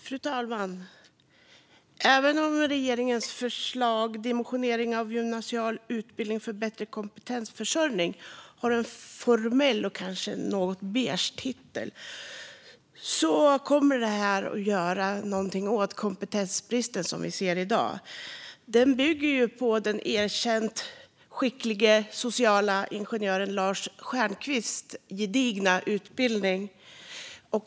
Fru talman! Även om regeringens förslag Dimensionering av gymnasial utbildning för bättre kompetensförsörjning har en formell och kanske något beige titel kommer det att göra någonting åt kompetensbristen som vi ser i dag. Det bygger på den erkänt skickliga sociala ingenjören Lars Stjernkvists gedigna utredning.